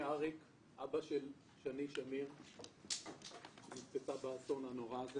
אבא של שני שמיר שנספתה באסון הנורא הזה